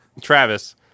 Travis